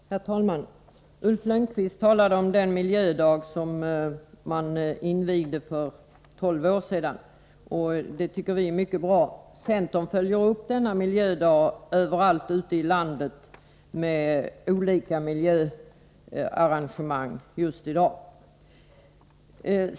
Herr talman! Ulf Lönnqvist talade om den miljödag som invigdes för 12 år sedan. Det tycker vi är mycket bra. Centern följer upp denna miljödag överallt ute i landet med olika miljöarrangemang just i dag.